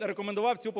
рекомендував цю поправку